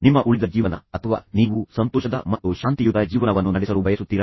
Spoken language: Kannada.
ನಿಮ್ಮ ಉಳಿದ ಜೀವನ ಅಥವಾ ನೀವು ಸಂತೋಷದ ಮತ್ತು ಶಾಂತಿಯುತ ಜೀವನವನ್ನು ನಡೆಸಲು ಬಯಸುತ್ತೀರಾ